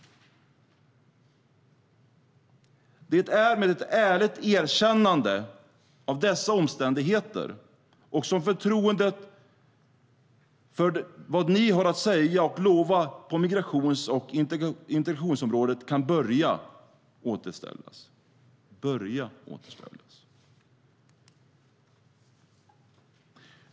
Det är med ett ärligt erkännande av dessa omständigheter som förtroendet för vad ni har att säga och lova på migrations och integrationsområdet kan börja återställas.